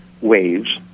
waves